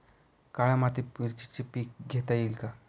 काळ्या मातीत मिरचीचे पीक घेता येईल का?